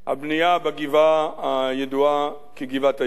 הבנייה בגבעה הידועה כגבעת-היקב,